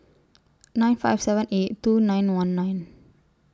nine five seven eight two nine one nine